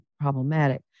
problematic